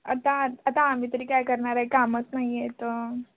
आता आता आम्ही तरी काय करणार आहे कामच नाही आहे तर